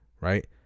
right